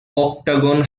octagon